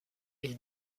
aient